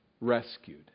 rescued